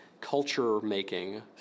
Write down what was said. culture-making